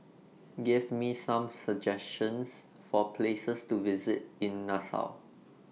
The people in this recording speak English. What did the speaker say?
Give Me Some suggestions For Places to visit in Nassau